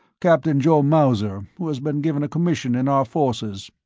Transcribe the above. captain joseph mauser who has been given a commission in our forces.